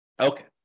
Okay